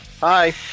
Hi